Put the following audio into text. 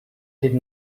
den